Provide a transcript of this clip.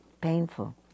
painful